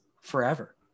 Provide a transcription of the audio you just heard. forever